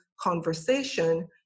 conversation